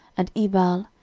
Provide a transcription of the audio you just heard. and ebal,